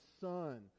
Son